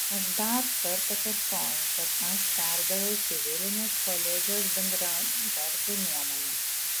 aš dar kartą kartoju kad aš perdaviau civilinės kolegijos bendradarbių nuomonę